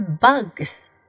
Bugs